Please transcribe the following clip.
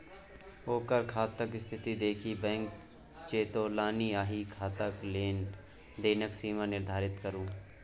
ओकर खाताक स्थिती देखि बैंक चेतोलनि अहाँ खाताक लेन देनक सीमा निर्धारित करू